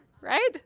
right